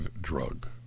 drug